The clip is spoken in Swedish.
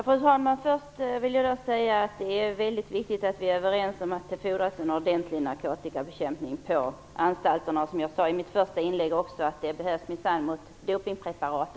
Fru talman! Jag vill först säga att det är viktigt att vi är överens om att det fordras en ordentlig narkotikabekämpning på anstalterna. Som jag sade i mitt första inlägg behövs sådana insatser i dag minsann också mot dopingpreparat.